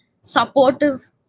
supportive